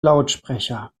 lautsprecher